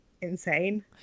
insane